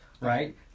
right